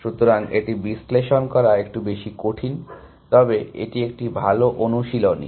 সুতরাং এটি বিশ্লেষণ করা একটু বেশি কঠিন তবে এটি একটি ভাল অনুশীলনী